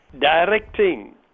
directing